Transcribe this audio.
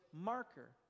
marker